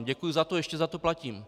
Děkuji za to, ještě za to platím.